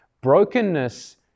Brokenness